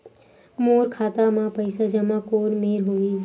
मोर खाता मा पईसा जमा कोन मेर होही?